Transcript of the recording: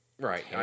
Right